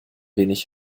wenig